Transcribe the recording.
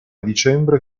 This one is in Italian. dicembre